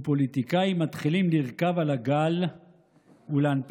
ופוליטיקאים מתחילים לרכוב על הגל ולהנפיק